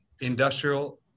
industrial